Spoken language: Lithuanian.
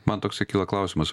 man toksai kyla klausimas